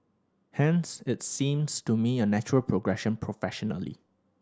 hence it seems to me a natural progression professionally